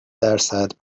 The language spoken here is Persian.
درصد